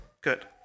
Good